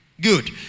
Good